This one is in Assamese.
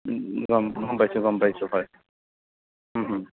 গম পাইছোঁ গম পাইছোঁ হয়